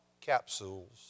capsules